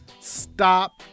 stop